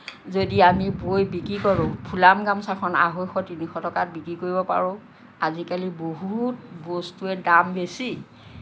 যদি আমি বৈ বিক্ৰী কৰোঁ ফুলাম গামোছাখন আঢ়ৈশ তিনিশ টকাত বিক্ৰী কৰিব পাৰোঁ আজিকালি বহুত বস্তুৰে দাম বেছি